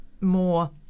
more